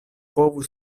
povu